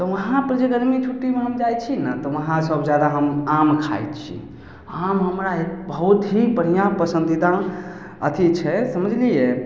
तऽ वहाँ पर जे गर्मी छुट्टी हम जाइ छी ने तऽ वहाँ सब जादा हम आम खाइ छी आम हमरा बहुत ही बढ़िऑं पसन्दीदा अथी छै समझलियै